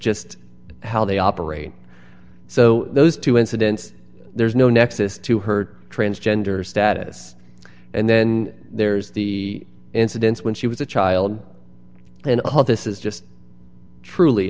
just how they operate so those two incidents there's no nexus to her transgender status and then there's the incidents when she was a child and this is just truly